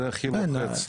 זה הכי לוחץ.